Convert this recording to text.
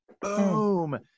boom